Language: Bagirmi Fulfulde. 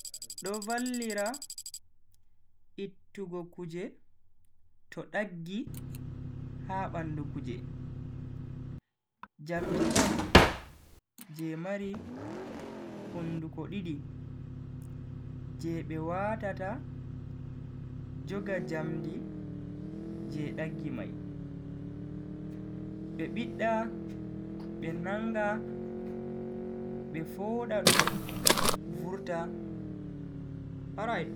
Do vallira ittugo kuje to daggi ha bandu kuje. jamdi on je mari hunduko didi je be watata joga jamdi je daggi mai. be bidda be nanga be fooda dum vurta.